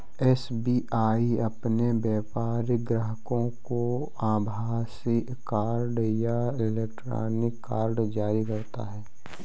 SBI अपने व्यापारिक ग्राहकों को आभासीय कार्ड या इलेक्ट्रॉनिक कार्ड जारी करता है